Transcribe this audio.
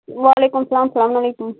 وعلیکُم سَلام سَلام علیکُم